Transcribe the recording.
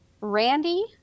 Randy